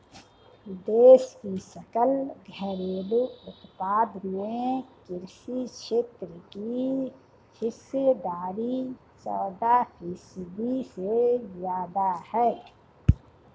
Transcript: देश की सकल घरेलू उत्पाद में कृषि क्षेत्र की हिस्सेदारी चौदह फीसदी से ज्यादा है